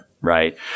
Right